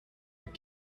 but